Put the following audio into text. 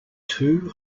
two